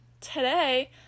Today